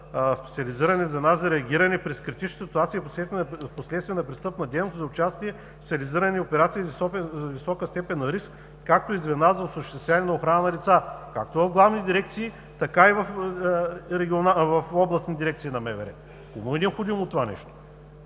„специализирани звена за реагиране при критични ситуации вследствие на престъпна дейност и за участие в специализирани операции с висока степен на риск, както и звена за осъществяване на охрана на лица“ – както в главни дирекции, така и в областни дирекции на МВР. Кому е необходимо това нещо?